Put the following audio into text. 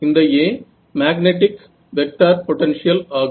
இந்த A magnetic vector potential ஆகும்